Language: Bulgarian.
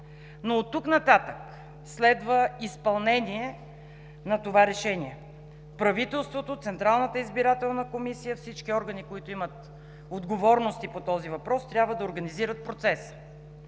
Но оттук нататък следва изпълнение на това решение – правителството, Централната избирателна комисия, всички органи, които имат отговорности по този въпрос, трябва да организират процеса.